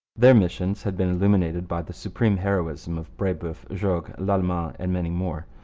their missions had been illuminated by the supreme heroism of brebeuf, jogues, lalemant, and many more.